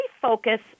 focus